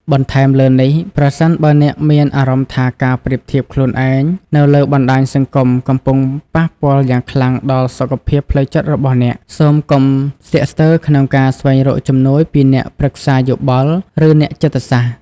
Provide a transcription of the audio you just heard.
បន្ថែមលើនេះ ប្រសិនបើអ្នកមានអារម្មណ៍ថាការប្រៀបធៀបខ្លួនឯងនៅលើបណ្ដាញសង្គមកំពុងប៉ះពាល់យ៉ាងខ្លាំងដល់សុខភាពផ្លូវចិត្តរបស់អ្នក សូមកុំស្ទាក់ស្ទើរក្នុងការស្វែងរកជំនួយពីអ្នកប្រឹក្សាយោបល់ ឬអ្នកចិត្តសាស្ត្រ។